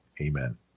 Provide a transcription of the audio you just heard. Amen